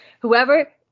Whoever